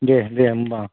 देह देह होमब्ला